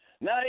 Now